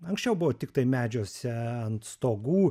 anksčiau buvo tiktai medžiuose ant stogų